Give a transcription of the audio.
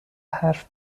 حرف